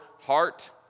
heart